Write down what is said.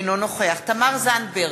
אינו נוכח תמר זנדברג,